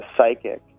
psychic